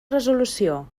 resolució